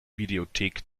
videothek